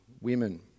women